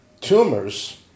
Tumors